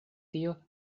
tio